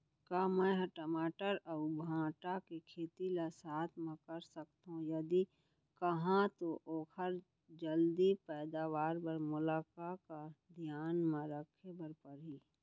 का मै ह टमाटर अऊ भांटा के खेती ला साथ मा कर सकथो, यदि कहाँ तो ओखर जलदी पैदावार बर मोला का का धियान मा रखे बर परही?